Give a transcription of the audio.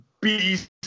Beast